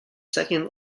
second